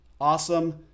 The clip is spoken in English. Awesome